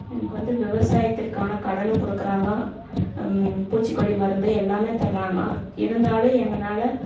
எனக்கு வந்து விவசாயத்திற்கான கடனும் கொடுக்குறாங்க பூச்சிக்கொல்லி மருந்து எல்லாம் தராங்க இருந்தாலும் எங்களால